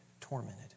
tormented